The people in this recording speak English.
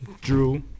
Drew